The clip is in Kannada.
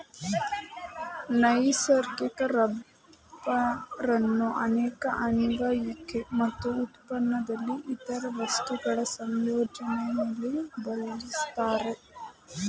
ನೈಸರ್ಗಿಕ ರಬ್ಬರನ್ನು ಅನೇಕ ಅನ್ವಯಿಕೆ ಮತ್ತು ಉತ್ಪನ್ನದಲ್ಲಿ ಇತರ ವಸ್ತುಗಳ ಸಂಯೋಜನೆಲಿ ಬಳಸ್ತಾರೆ